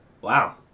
Wow